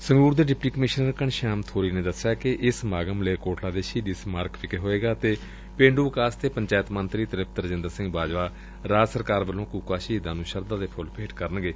ਸੰਗਰੁਰ ਦੇ deputy commissioner Ghanshyam Bori ਨੇ ਦਸਿਆ ਕਿ ਇਹ ਸਮਾਗਮ ਮਲੇਰਕੋਟਲਾ ਦੇ ਸ਼ਹੀਦੀ ਸਮਾਰਕ ਵਿਖੇ ਹੋਵੇਗਾ ਅਤੇ ਪੇਂਡੁ ਵਿਕਾਸ ਤੇ ਪੰਚਾਇਤ ਮੰਤਰੀ ਤ੍ਰਿਪਤ ਰਾਜੀਦਰ ਸਿੰਘ ਬਾਜਵਾ ਰਾਜ ਸਰਕਾਰ ਵੱਲੋ ਕੁਕਾ ਸ਼ਹੀਦਾਂ ਨੂੰ ਸ਼ਰਧਾ ਦੇ ਫੁੱਲ ਭੇਟ ਕਰਨਗੇ